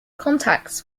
contacts